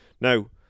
Now